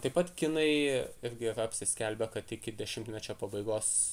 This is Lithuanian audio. taip pat kinai irgi yra apsiskelbę kad iki dešimtmečio pabaigos